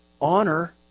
Honor